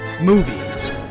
movies